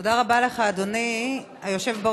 תודה רבה לך, אדוני היושב-ראש.